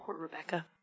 Rebecca